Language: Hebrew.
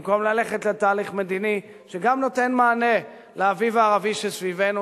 במקום ללכת לתהליך מדיני שגם נותן מענה לאביב הערבי שסביבנו,